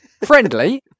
friendly